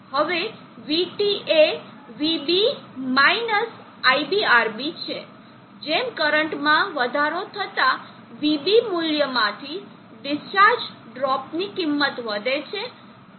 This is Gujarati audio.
હવે vT એ vB iBRB છે જેમ કરંટમાં વધારો થતાં vB મૂલ્યમાંથી ડિસ્ચાર્જ ડ્રોપની કિંમત વધે છે